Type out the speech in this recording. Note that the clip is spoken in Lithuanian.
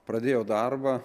pradėjo darbą